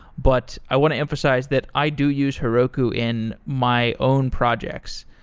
but i want to emphasize that i do use heroku in my own projects.